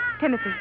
Timothy